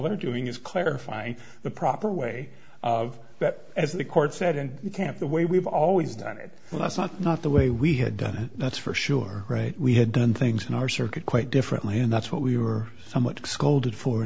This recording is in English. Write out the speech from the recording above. they're doing is clarifying the proper way of that as the court said and you can't the way we've always done it that's not not the way we had done it that's for sure right we had done things in our circuit quite differently and that's what we were somewhat scolded for